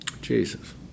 Jesus